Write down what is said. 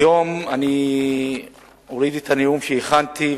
היום לא אקרא את הנאום שהכנתי,